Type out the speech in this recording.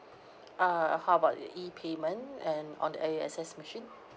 ah how about uh E payment and on the A_X_S machine